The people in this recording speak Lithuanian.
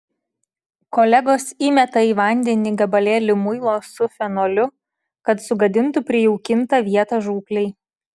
kolegos įmeta į vandenį gabalėlį muilo su fenoliu kad sugadintų prijaukintą vietą žūklei